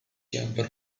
camper